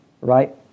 right